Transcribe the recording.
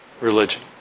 religion